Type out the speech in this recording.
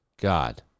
God